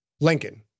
Lincoln